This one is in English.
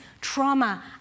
trauma